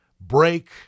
break